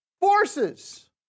forces